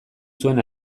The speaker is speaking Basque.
zuen